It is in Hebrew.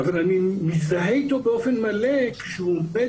אבל אני מזדהה אתו באופן מלא כשהוא עומד